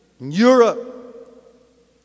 Europe